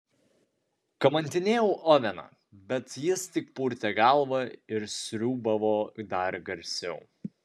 kamantinėjau oveną bet jis tik purtė galvą ir sriūbavo dar garsiau